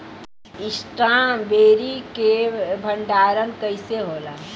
Strawberry के भंडारन कइसे होला?